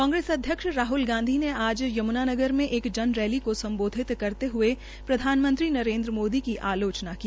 कांग्रेस अध्यक्ष राहल गांधी ने आज यम्नानगर में एक जन रैली को सम्बोधित करते हये प्रधानमंत्री नरेन्द्र मोदी की आलोचना की